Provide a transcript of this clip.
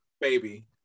Baby